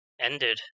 ended